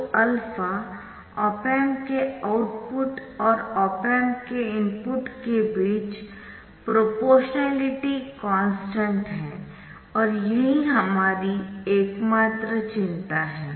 तो α op amp के output और ऑप एम्प के इनपुट के बीच प्रोपोरशनलिटी कॉन्स्टन्ट है और यही हमारी एकमात्र चिंता है